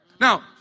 Now